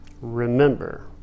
Remember